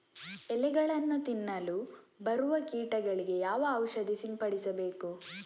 ಎಲೆಗಳನ್ನು ತಿನ್ನಲು ಬರುವ ಕೀಟಗಳಿಗೆ ಯಾವ ಔಷಧ ಸಿಂಪಡಿಸಬೇಕು?